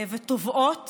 ותובעות